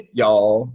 y'all